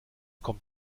kommt